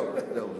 זהו.